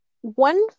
one